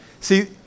See